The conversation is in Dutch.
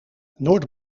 noord